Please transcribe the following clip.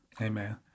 Amen